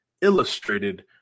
illustrated